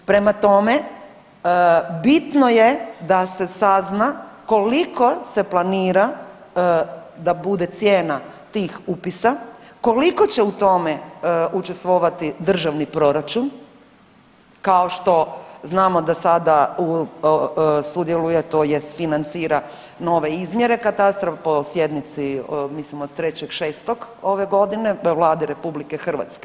Prema tome, bitno je da se sazna koliko se planira da bude cijena tih upisa, koliko će u tome učestvovati državni proračun kao što znamo da sada sudjeluje tj. financira nove izmjere katastra po sjednici mislim od 3.6. ove godine u Vladi RH.